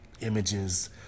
images